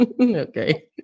Okay